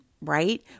right